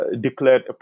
declared